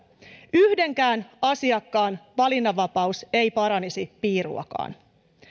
yhdenkään asiakkaan valinnanvapaus ei paranisi piiruakaan